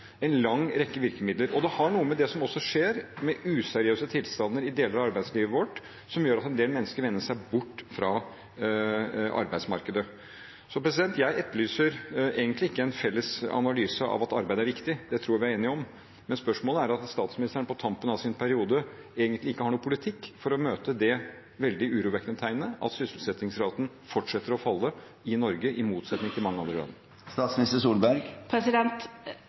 en lang rekke virkemidler. Det har også noe med useriøse tilstander i deler av arbeidslivet vårt å gjøre, som gjør at en del mennesker vender seg bort fra arbeidsmarkedet. Jeg etterlyser egentlig ikke en felles analyse av at arbeid er viktig. Det tror jeg vi er enige om. Spørsmålet går på at statsministeren på tampen av sin periode egentlig ikke har noen politikk for å møte det veldig urovekkende tegnet det er at sysselsettingsraten fortsetter å falle i Norge, i motsetning til i veldig mange andre land.